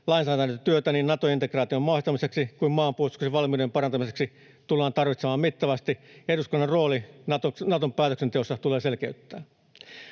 Lainsäädäntötyötä niin Nato-integraation mahdollistamiseksi kuin maanpuolustuksen valmiuden parantamiseksi tullaan tarvitsemaan mittavasti, ja eduskunnan rooli Naton päätöksenteossa tulee selkeyttää.